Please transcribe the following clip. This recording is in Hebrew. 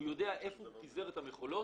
המוביל